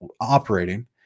operating